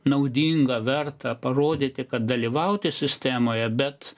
naudinga verta parodyti kad dalyvauti sistemoje bet